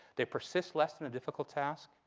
they persist less in a difficult task.